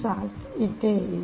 7 इथे येईल